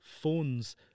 phones